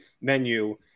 menu